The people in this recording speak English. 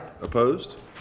Opposed